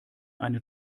eine